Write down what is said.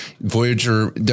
Voyager